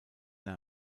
they